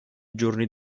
giorni